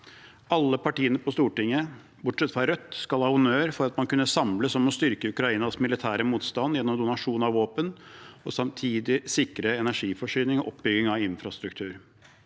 Alle partiene på Stortinget, bortsett fra Rødt, skal ha honnør for at man kunne samles om å styrke Ukrainas militære motstand gjennom donasjon av våpen og samtidig sikre energiforsyning og oppbygging av infrastruktur.